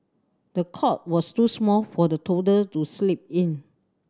the cot was too small for the toddler to sleep in